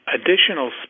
additional